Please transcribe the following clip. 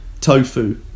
tofu